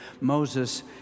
Moses